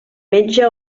metge